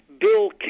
bill